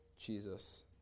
Jesus